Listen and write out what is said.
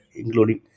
including